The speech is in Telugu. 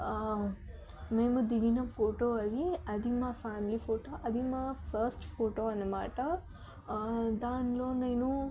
మేము దిగిన ఫోటో అది అది మా ఫ్యామిలీ ఫోటో అది మా ఫస్ట్ ఫోటో అన్నమాట దాంట్లో నేను